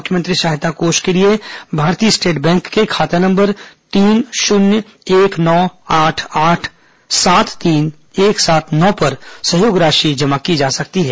मुख्यमंत्री सहायता कोष के लिए भारतीय स्टेट बैंक के खाता नंबर तीन शून्य एक नौ आठ आठ सात तीन एक सात नौ पर सहयोग राशि जमा की जा सकती है